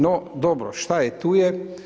No, dobro, šta je tu je.